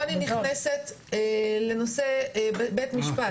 פה אני נכנסת לנושא בית משפט,